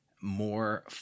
more